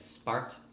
sparked